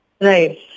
Right